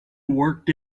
worked